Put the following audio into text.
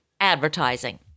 Advertising